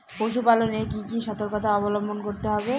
পশুপালন এ কি কি সর্তকতা অবলম্বন করতে হবে?